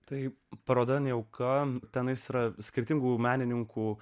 taip parodon jau kam ta aistra skirtingų menininkų